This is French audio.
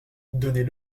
donnez